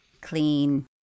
clean